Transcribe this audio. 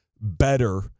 better